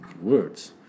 words